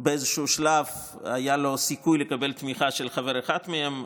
באיזשהו שלב היה לו סיכוי לקבל תמיכה של חבר אחד מהם,